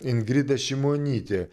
ingrida šimonytė